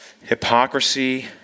hypocrisy